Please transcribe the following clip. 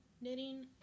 knitting